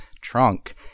trunk